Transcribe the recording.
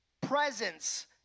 presence